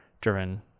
driven